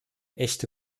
echte